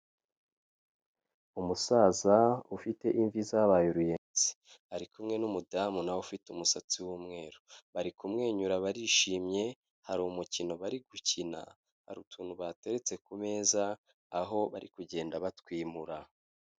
Umusaza ufite imvi zabaye uruyenzi ari kumwe n'umudamu nawe ufite umusatsi w'umweru, bari kumwenyura barishimye hari umukino bari gukina hari utuntu bateretse ku meza aho bari kugenda batwimura.